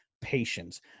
patience